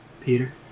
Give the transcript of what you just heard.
Peter